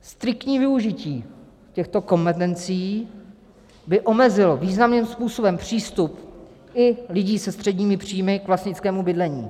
Striktní využití těchto kompetencí by omezilo významným způsobem přístup i lidí se středními příjmy k vlastnickému bydlení.